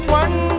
one